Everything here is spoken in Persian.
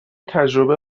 تجربه